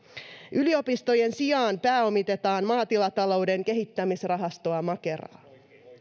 yliopistojen sijaan pääomitetaan maatilatalouden kehittämisrahastoa makeraa